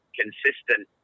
consistent